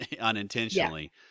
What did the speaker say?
unintentionally